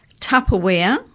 Tupperware